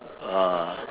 uh